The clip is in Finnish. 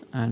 hän